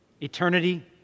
Eternity